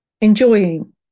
enjoying